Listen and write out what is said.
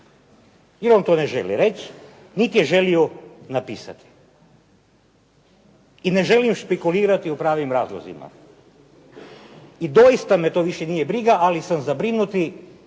jer on to ne želi reći, niti je želio napisati. I ne želim špekulirati o pravim razlozima. I doista me to više nije briga, ali sam zabrinut